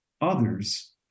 others